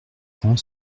grand